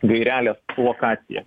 gairelės lokacija